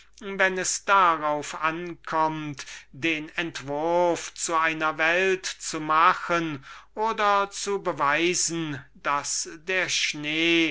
wenn es darauf ankommt den entwurf zu einer welt zu machen oder zu beweisen daß der schnee